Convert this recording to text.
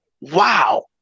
wow